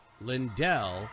Lindell